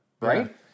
Right